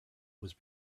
was